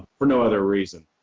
for no other reason.